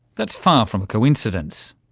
that's far from a coincidence.